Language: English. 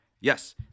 yes